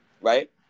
right